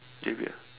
javier